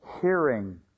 hearing